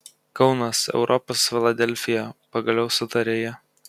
kaunas europos filadelfija pagaliau sutarė jie